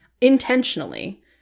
intentionally